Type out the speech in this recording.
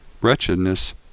Wretchedness